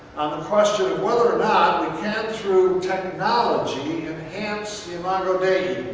question of whether or not we can through technology enhance the imago dei.